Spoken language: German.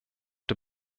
der